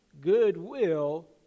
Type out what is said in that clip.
goodwill